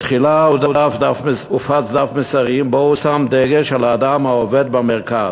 בתחילה הופץ דף מסרים שבו הושם דגש על האדם העובד במרכז,